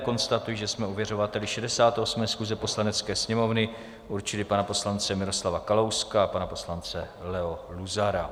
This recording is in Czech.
Konstatuji, že jsme ověřovateli 68. schůze Poslanecké sněmovny určili pana poslance Miroslava Kalouska a pana poslance Leo Luzara.